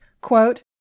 quote